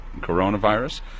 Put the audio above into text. coronavirus